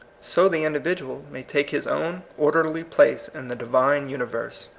so the individual may take his own orderly place in the divine universe,